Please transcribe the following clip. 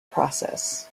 process